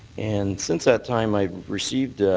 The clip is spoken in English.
and since that time i've received